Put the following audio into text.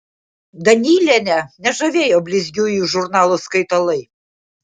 danylienę nežavėjo blizgiųjų žurnalų skaitalai